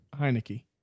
Heineke